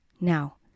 Now